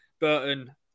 Burton